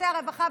שירותי הרווחה,